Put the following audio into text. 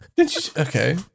Okay